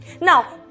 Now